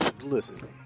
listen